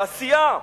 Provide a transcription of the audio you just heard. בעשייה.